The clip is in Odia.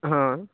ହଁ